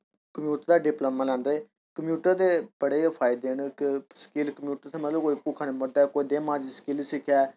computer दा diploma लैंदे computer दे बड़े गै फायदे न स्किल्ल कंप्यूटर मतलब कोई भुक्खा नेईं मरदा ऐ कोई जनेहा मर्जी स्किल्ल सिक्खै